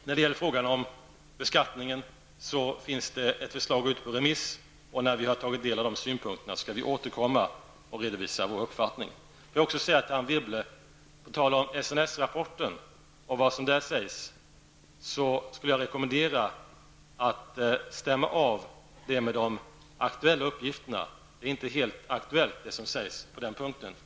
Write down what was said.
När det gäller frågan om beskattningen finns ett förslag ute på remiss. När vi tagit del av synpunkterna skall vi återkomma och redovisa vår uppfattning. Anne Wibble talade om SNS-rapporten. Jag skulle rekommendera Anne Wibble att stämma av den rapporten med de aktuella uppgifterna. Det som sägs där är inte helt aktuellt.